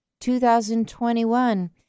2021